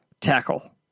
Tackle